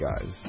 guys